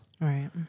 Right